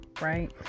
Right